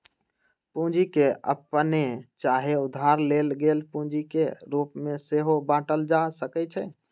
पूंजी के अप्पने चाहे उधार लेल गेल पूंजी के रूप में सेहो बाटल जा सकइ छइ